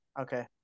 Okay